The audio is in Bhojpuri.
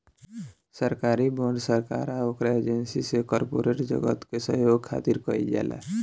सरकारी बॉन्ड सरकार आ ओकरा एजेंसी से कॉरपोरेट जगत के सहयोग खातिर जारी कईल जाला